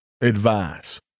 advice